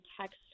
text